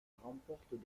remportent